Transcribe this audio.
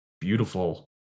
beautiful